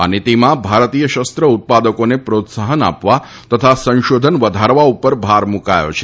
આ નિતિમાં ભારતીય શસ્ત્ર ઉત્પાદકોને પ્રોત્સાહન આપવા તથા સંશોધન વધારવા ઉપર ભાર મૂકાયો છે